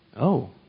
Oh